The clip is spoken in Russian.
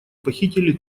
похитили